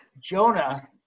Jonah